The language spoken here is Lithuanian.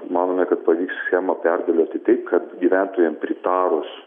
manome kad pavyks schemą perdėlioti taip kad gyventojam pritarus